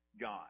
God